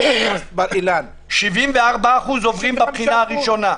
אוניברסיטת בר אילן --- 74% עוברים בבחינה הראשונה.